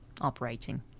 operating